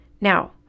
Now